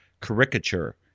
caricature